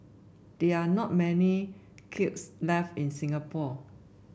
there are not many kilns left in Singapore